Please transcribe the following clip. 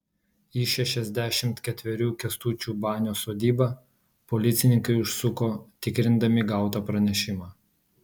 į šešiasdešimt ketverių kęstučio banio sodybą policininkai užsuko tikrindami gautą pranešimą